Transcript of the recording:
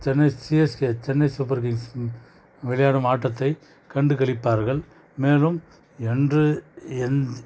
Chennai CSK Chennai Super Kings விளையாடும் ஆட்டத்தை கண்டுகளிப்பார்கள் மேலும் என்று எந்